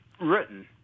written